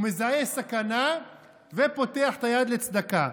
הוא מזהה סכנה ופותח את היד לצדקה.